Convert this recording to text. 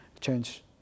change